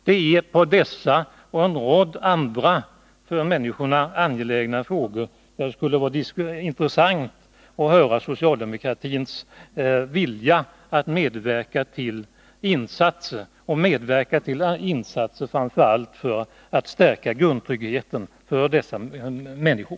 Det är när det gäller dessa och en rad andra för människorna angelägna frågor som det skulle vara intressant att höra något om socialdemokratins vilja att medverka till insatser, framför allt för att stärka grundtryggheten för dessa människor.